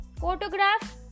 Photograph